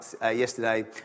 Yesterday